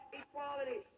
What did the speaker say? equality